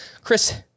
Chris